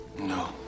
no